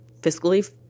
Fiscally